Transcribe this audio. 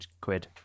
quid